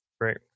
Great